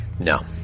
No